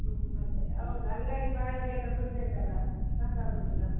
ಹ್ಞೂ ಮತ್ತೇ ಹೌದ್ ಅಂಗಡಿ ಬಾಡಿಗೆ ಎಲ್ಲ ಕೊಡಬೇಕಲ್ಲ ಅದು ಸಾಕಾಗೋದಿಲ್ಲ